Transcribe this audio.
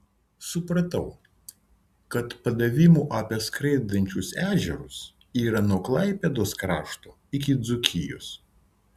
supratau kad padavimų apie skraidančius ežerus yra nuo klaipėdos krašto iki dzūkijos